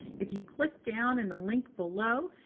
if you click down in the link below,